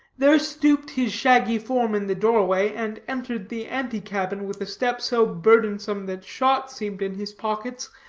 there stooped his shaggy form in the door-way, and entered the ante-cabin, with a step so burdensome that shot seemed in his pockets,